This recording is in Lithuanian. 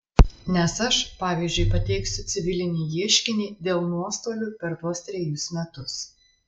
nes aš pavyzdžiui pateiksiu civilinį ieškinį dėl nuostolių per tuos trejus metus